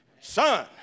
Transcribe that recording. Son